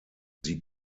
sie